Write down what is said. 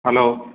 hello